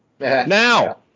Now